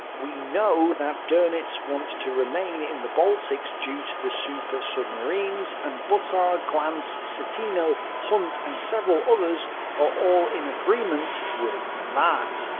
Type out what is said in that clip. we know that donitz wants to remain in the baltics due to the super-submarines and buttar, glantz, citino, hunt and several others are all in agreement with that.